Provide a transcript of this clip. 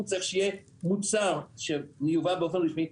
הוא צריך שיהיה מוצר שמיובא באופן רשמי,